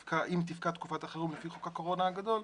תפקע תקופת החירום לפי חוק הקורונה הגדול,